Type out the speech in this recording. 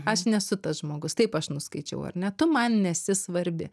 aš nesu tas žmogus taip aš nuskaičiau ar ne tu man nesi svarbi